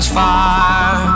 fire